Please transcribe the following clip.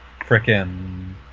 frickin